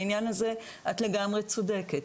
בעניין הזה את לגמרי צודקת.